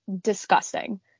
disgusting